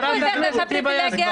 למה אתה חושב שיש לך את הפריבילגיה הזו?